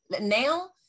now